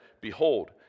Behold